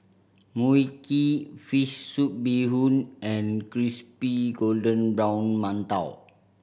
Mui Kee fish soup bee hoon and crispy golden brown mantou